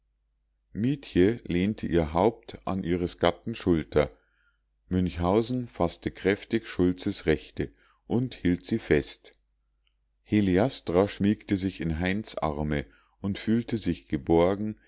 mietje lehnte ihr haupt an ihres gatten schulter münchhausen faßte kräftig schultzes rechte und hielt sie fest heliastra schmiegte sich in heinz arme und fühlte sich geborgen